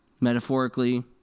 metaphorically